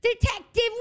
Detective